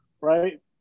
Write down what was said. right